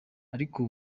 ariko